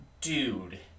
dude